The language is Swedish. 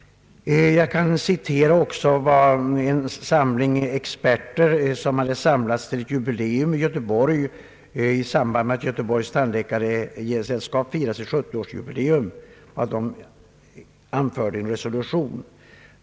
Jag kan också citera vad en samling experter uttalat i en resolution i samband med Göteborgs tandläkarsällskaps 70-årsjubileum.